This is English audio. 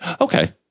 Okay